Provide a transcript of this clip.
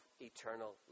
eternal